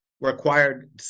required